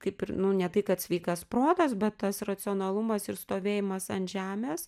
kaip ir nu ne tai kad sveikas protas bet tas racionalumas ir stovėjimas ant žemės